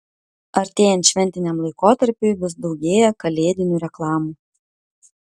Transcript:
artėjant šventiniam laikotarpiui vis daugėja kalėdinių reklamų